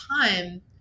time